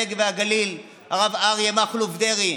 הנגב והגליל הרב אריה מכלוף דרעי,